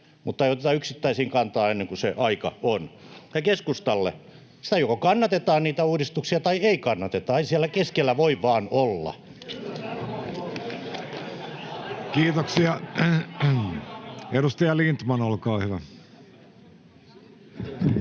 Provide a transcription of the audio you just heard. mutta ei oteta yksittäisiin kantaa, ennen kuin se aika on. Ja keskustalle: Niitä uudistuksia joko kannatetaan tai ei kannateta. Ei siellä keskellä voi vaan olla. Kiitoksia. — Edustaja Lindtman, olkaa hyvä.